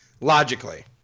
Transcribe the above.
Logically